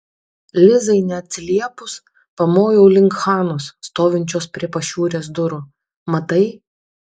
lizai neatsiliepus pamojau link hanos stovinčios prie pašiūrės durų matai